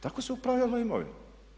Tako se upravljalo imovinom.